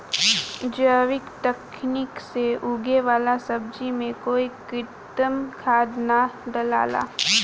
जैविक तकनीक से उगे वाला सब्जी में कोई कृत्रिम खाद ना डलाला